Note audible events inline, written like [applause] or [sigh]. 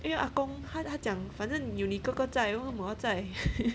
因为 ah gong 他他讲反正你有你哥哥载我为什么要载 [laughs]